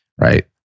Right